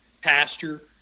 pasture